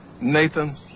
Nathan